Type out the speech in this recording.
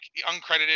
uncredited